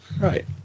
Right